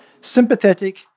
sympathetic